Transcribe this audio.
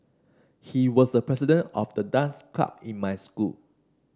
he was the president of the dance club in my school